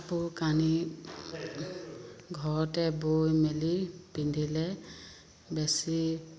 কাপোৰ কানি ঘৰতে বৈ মেলি পিন্ধিলে বেছি